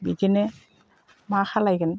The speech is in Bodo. बिदिनो मा खालामगोन